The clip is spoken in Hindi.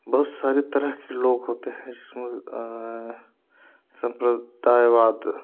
बहुत सारे तरह के लोग होते हैं जिसमें संप्रदायवाद